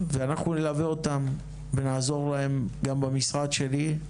ואנחנו נלווה אותם ונעזור להם גם במשרד שלי.